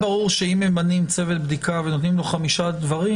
די ברור שאם ממנים צוות בדיקה ונותנים לו חמישה חודשים